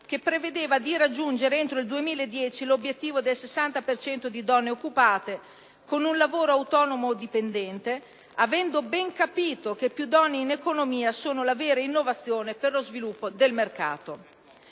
che prevedeva di raggiungere entro il 2010 l'obiettivo del 60 per cento di donne occupate con un lavoro autonomo o dipendente, avendo ben capito che più donne in economia sono la vera innovazione per lo sviluppo del mercato.